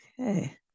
Okay